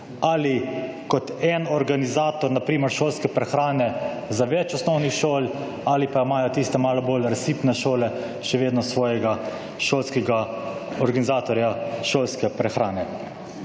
Ali kot en organizator na primer šolske prehrane za več osnovnih šol ali pa imajo tiste malo bolj razsipne šole še vedno svojega šolskega organizatorja šolske prehrane.